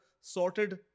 sorted